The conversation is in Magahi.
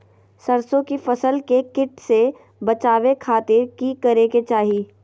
सरसों की फसल के कीट से बचावे खातिर की करे के चाही?